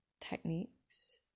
techniques